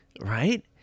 right